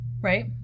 Right